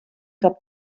cap